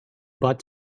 bud